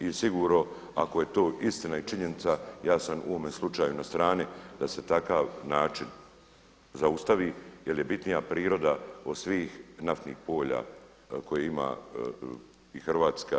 I sigurno ako je to istina i činjenica ja sam u ovome slučaju na strani da se takav način zaustavi jer je bitnija priroda od svih naftnih polja ima Hrvatska.